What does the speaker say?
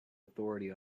authority